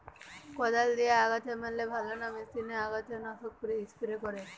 কদাল দিয়ে আগাছা মারলে ভালো না মেশিনে আগাছা নাশক স্প্রে করে?